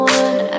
one